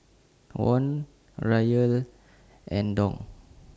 Won Riyal and Dong